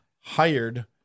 hired